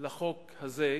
לחוק הזה,